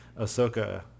Ahsoka